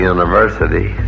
University